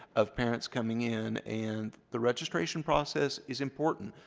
of parents coming in, and the registration process is important.